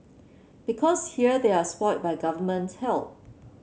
because here they are spoilt by Government help